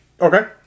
Okay